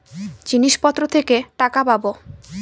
জিনিসপত্র থেকে টাকা পাবো